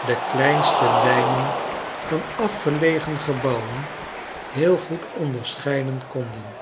de kleinste lijnen van afgelegen gebouwen heel goed onderscheiden konden